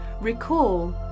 Recall